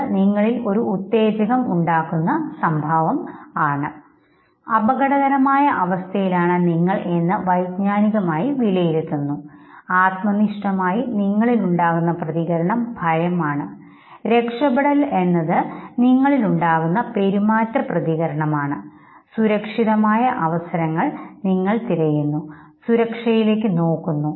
അത് നിങ്ങളിൽ ഉത്തേജകം ഉണ്ടാക്കുന്ന ഒരു സംഭവമാണ് അപകടകരമായ അവസ്ഥയിലാണെന്ന് നിങ്ങൾ എന്ന് വൈജ്ഞാനികമായി വിലയിരുത്തുന്നു ആത്മനിഷ്ഠമായി നിങ്ങളിൽ ഉണ്ടാകുന്ന പ്രതികരണം ഭയമാണ് രക്ഷപ്പെടൽ എന്നത് നിങ്ങളിൽ ഉണ്ടാകുന്ന പെരുമാറ്റപ്രതികരണമാണ് സുരക്ഷിതമായ അവസരങ്ങൾ നിങ്ങൾ തിരയുന്നു സുരക്ഷയിലേക്ക് നോക്കുന്നു